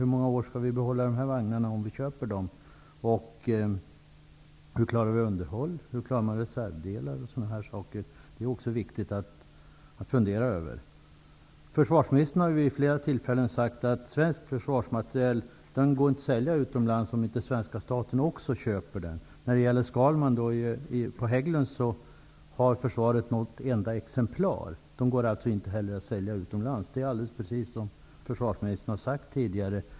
Hur många år skall vi behålla dessa vagnar om vi nu köper dem? Hur klarar vi underhåll, reservdelar och annat? Det är också viktigt att fundera över det. Försvarsministern har vid flera tillfällen sagt att svensk försvarsmateriel inte går att sälja utomlands om inte svenska staten också köper sådan. När det gäller Skalmanvagnar från Hägglunds har försvaret bara något enda exemplar. Det går inte heller att sälja dem utomlands. Det är precis som försvarsministern har sagt tidigare.